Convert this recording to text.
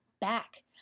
back